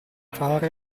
fare